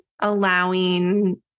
allowing